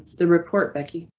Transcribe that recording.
the report, becky.